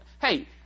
Hey